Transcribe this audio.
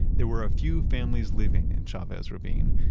there were a few families living in chavez ravine.